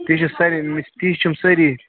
تہِ چھُ ساریٚے تی چھِم سٲری